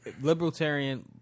libertarian